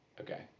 Okay